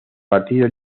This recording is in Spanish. partido